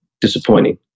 disappointing